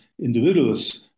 individuals